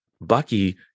Bucky